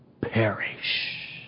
perish